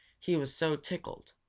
he was so tickled.